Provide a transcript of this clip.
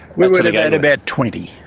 we would have had about twenty.